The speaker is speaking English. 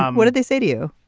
um what did they say to you.